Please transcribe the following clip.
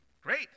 great